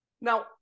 now